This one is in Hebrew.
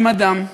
עם אדם מקסים.